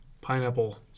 pineapple